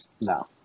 No